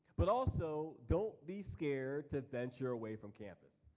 but also don't be scared to venture away from campus.